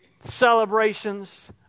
celebrations